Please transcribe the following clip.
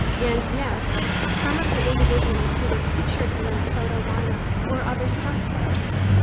and yes, some of the individuals who were pictured in those photo line-ups were other suspects.